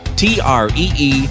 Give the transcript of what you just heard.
tree